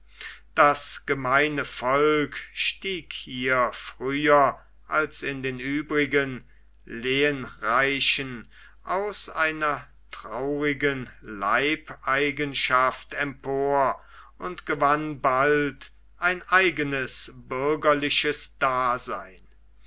das gemeine volk stieg hier früher als in den übrigen lehnreichen aus einer traurigen leibeigenschaft empor und gewann bald ein eigenes bürgerliches dasein